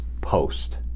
post